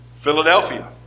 Philadelphia